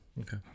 Okay